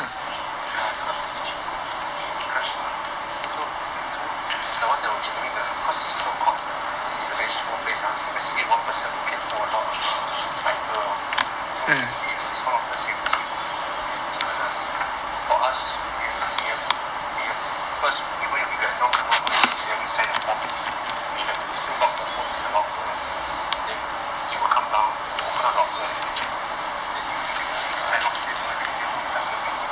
ya cause you need to you need to carry mah so before he is the one that will be doing the cause it's so called mine is a very small place lah so basically one person can hold a lot of a title lor so he would be he is one of the safety the safety [one] lah so for us we have to we have first even if you get a non camera phone already then we signed a form already we have to still lock the phone in the locker then he will come down you will open up the locker then he would check the phone then if you clear you sign off the paper then you can next time you bring in lor